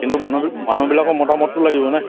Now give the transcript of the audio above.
কিন্তু মানুহ মানুহবিলাক মতামতটো লাগিব নে